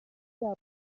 لبخند